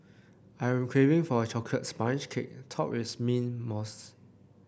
I am craving for a chocolate sponge cake topped with mint mousse